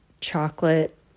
chocolate